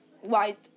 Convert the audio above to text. white